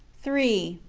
three.